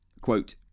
Quote